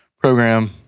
program